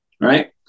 right